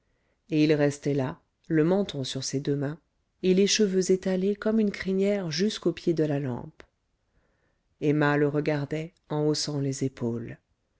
et il restait là le menton sur ses deux mains et les cheveux étalés comme une crinière jusqu'au pied de la lampe emma le regardait en haussant les épaules